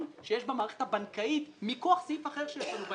שיש במערכת הבנקאית מכוח סעיף אחר שיש לנו בעניין הזה.